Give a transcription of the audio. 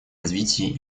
развитии